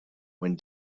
when